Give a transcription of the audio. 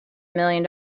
million